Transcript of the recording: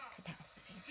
capacity